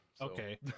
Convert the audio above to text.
Okay